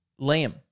Liam